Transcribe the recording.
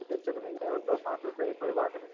दिक्कत नहीं है दो पाँच रुपये की कोई बात नहीं है